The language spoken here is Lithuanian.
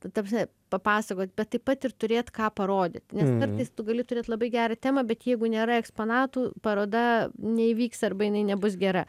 ta prasme papasakot bet taip pat ir turėt ką parodyt nes kartais tu gali turėt labai gerą temą bet jeigu nėra eksponatų paroda neįvyks arba jinai nebus gera